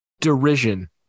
derision